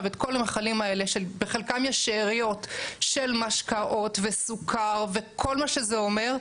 את כל המכלים האלה שבחלקם יש שאריות של משקאות וסוכר וכל מה שזה אומר,